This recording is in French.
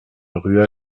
rue